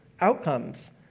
outcomes